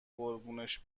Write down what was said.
قربونش